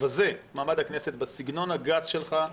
מבזה מעמד הכנסת בסגנון הגס שלך,